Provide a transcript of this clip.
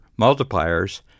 multipliers